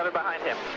and behind him.